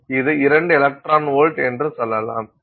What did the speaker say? இது 2 electron volt என்று சொல்லலாம்